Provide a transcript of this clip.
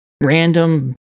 random